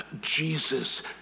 Jesus